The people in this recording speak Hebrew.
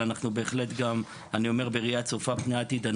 אני רואה בראיית צופה פני העתיד,